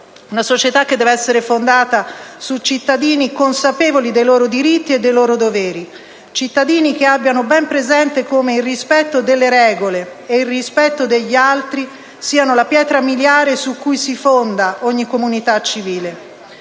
società, che deve essere fondata su cittadini consapevoli dei loro diritti e dei loro doveri; cittadini che abbiano ben presente come il rispetto delle regole e il rispetto degli altri siano la pietra miliare su cui si fonda ogni comunità civile.